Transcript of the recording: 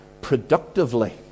productively